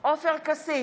עופר כסיף,